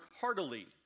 heartily